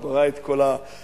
הוא ברא את כל בעלי-החיים,